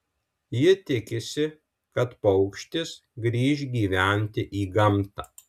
ji tikisi kad paukštis grįš gyventi į gamtą